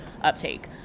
uptake